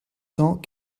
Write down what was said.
cent